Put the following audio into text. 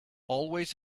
always